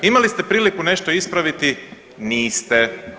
Imali ste priliku nešto ispraviti, niste.